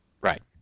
right